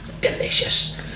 Delicious